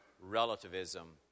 relativism